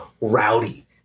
rowdy